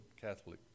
Catholic